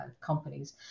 companies